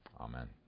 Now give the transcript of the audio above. amen